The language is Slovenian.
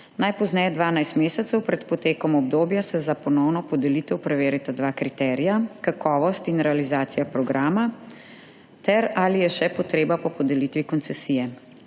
Najpozneje 12 mesecev pred potekom obdobja se za ponovno podelitev preverita dva kriterija, kakovost in realizacija programa, ter ali je še potreba po podelitvi koncesije.